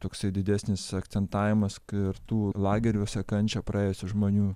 toksai didesnis akcentavimas ir tų lageriuose kančią praėjusių žmonių